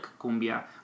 cumbia